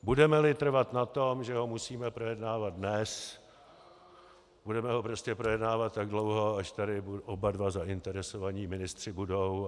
Budemeli trvat na tom, že ho musíme projednávat dnes, budeme ho prostě projednávat tak dlouho, až tady oba dva zainteresovaní ministři budou.